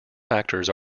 factors